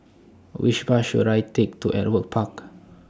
Which Bus should I Take to Ewart Park